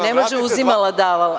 Ne može uzimala – davala.